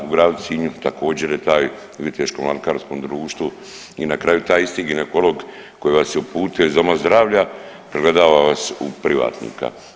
U gradu Sinju također je taj u Viteškom alkarskom društvu i na kraju taj isti ginekolog koji je vas je uputio iz Doma zdravlja pregledava vas u privatnika.